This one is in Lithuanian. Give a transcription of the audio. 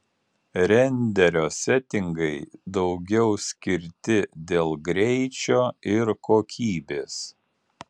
renderio setingai daugiau skirti dėl greičio ir kokybės